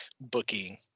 booking